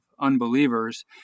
unbelievers